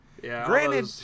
granted